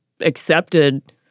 accepted